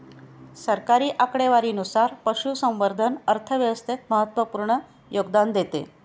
सरकारी आकडेवारीनुसार, पशुसंवर्धन अर्थव्यवस्थेत महत्त्वपूर्ण योगदान देते